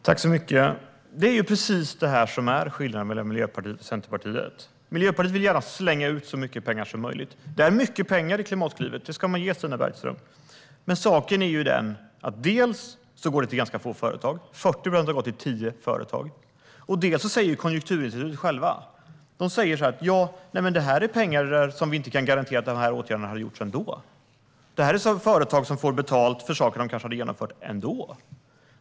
Fru talman! Det är precis det här som är skillnaden mellan Miljöpartiet och Centerpartiet. Miljöpartiet vill gärna slänga ut så mycket pengar som möjligt. Det finns mycket pengar i Klimatklivet; det har Stina Bergström rätt i. Men saken är dels att de går till ganska få företag - 40 miljarder går till tio företag - dels att Konjunkturinstitutet självt säger att man inte kan garantera att åtgärderna inte hade vidtagits utan de här pengarna. Företag får betalt för saker som de kanske hade genomfört ändå.